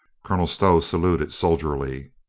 colonel stow saluted soldierly.